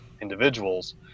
individuals